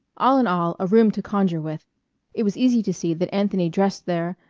all in all a room to conjure with it was easy to see that anthony dressed there,